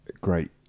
great